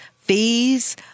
fees